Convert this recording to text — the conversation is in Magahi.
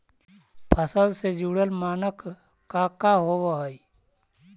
फसल से जुड़ल मानक का का होव हइ?